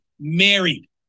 married